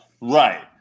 Right